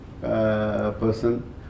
person